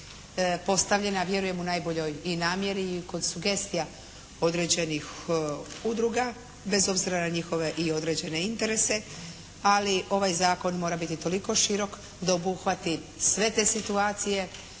postavljene a vjerujem u najboljoj i namjeri i kod sugestija određenih udruga bez obzira na njihove određene interese. Ali, ovaj zakon mora biti toliko širok da obuhvati sve te situacije,